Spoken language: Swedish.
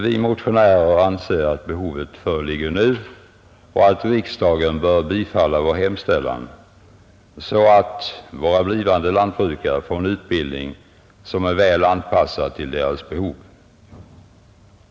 Vi motionärer anser att behovet föreligger nu och att riksdagen bör bifalla vår hemställan så att våra blivande lantbrukare får en utbildning, som är väl anpassad till deras behov.